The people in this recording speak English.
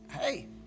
hey